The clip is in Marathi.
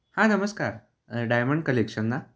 हां नमस्कार डायमंड कलेक्शन ना